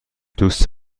دوست